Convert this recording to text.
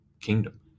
kingdom